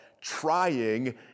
trying